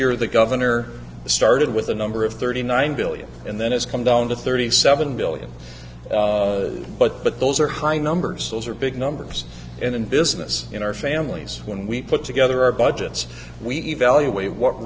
year the governor started with the number of thirty nine billion and then it's come down to thirty seven billion but but those are high numbers those are big numbers and in business in our families when we put together our budgets we evaluate what